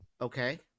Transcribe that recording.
okay